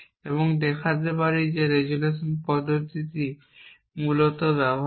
এবং দেখাতে পারি যে রেজোলিউশন পদ্ধতিটি মূলত ব্যবহার করে